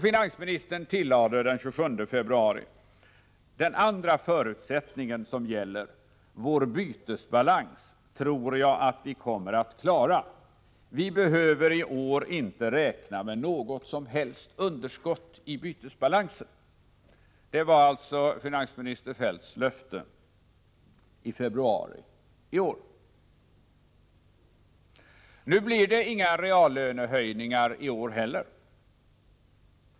Den andra förutsättningen, som gäller vår bytesbalans, tror jag att vi kommer klara.” Finansministern tillägger att vi i år inte behöver ”räkna med något som helst underskott i bytesbalansen”. Det var alltså finansminister Feldts löfte i februari i år. Men det blir inga reallönehöjningar i år heller.